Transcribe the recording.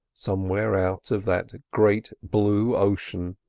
somewhere out of that great blue ocean,